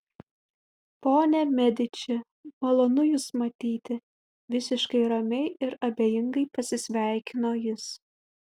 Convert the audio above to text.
ponia mediči malonu jus matyti visiškai ramiai ir abejingai pasisveikino jis